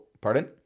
Pardon